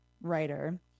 writer